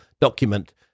document